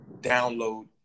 download